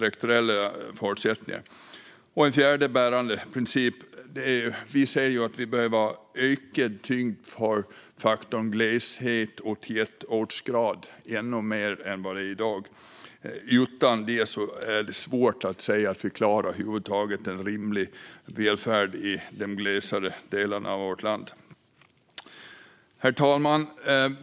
En fjärde bärande princip är ökad tyngd för faktorn gleshet och tätortsgrad. Utan detta är det svårt att säga att vi över huvud taget klarar en rimlig välfärd i de glesare delarna av vårt land. Herr talman!